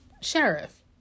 Sheriff